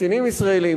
קצינים ישראלים,